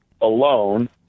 alone